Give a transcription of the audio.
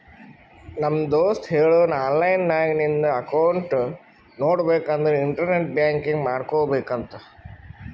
ನಮ್ ದೋಸ್ತ ಹೇಳುನ್ ಆನ್ಲೈನ್ ನಾಗ್ ನಿಂದ್ ಅಕೌಂಟ್ ನೋಡ್ಬೇಕ ಅಂದುರ್ ಇಂಟರ್ನೆಟ್ ಬ್ಯಾಂಕಿಂಗ್ ಮಾಡ್ಕೋಬೇಕ ಅಂತ್